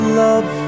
love